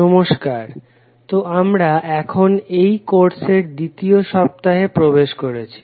নমস্কার তো আমরা এখন এই কোর্সের দ্বিতীয় সপ্তাহে প্রবেশ করছি